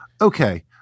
okay